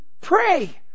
Pray